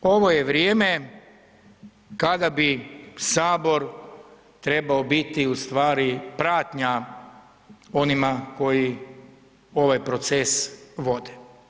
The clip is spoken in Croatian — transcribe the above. Ovo je vrijeme kada bi Sabor trebao biti ustvari pratnja onima koji ovaj proces vode.